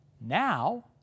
Now